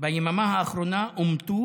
ביממה האחרונה אומתו